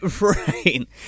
right